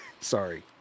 Sorry